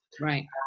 Right